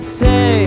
say